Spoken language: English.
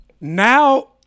now